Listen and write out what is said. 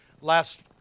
last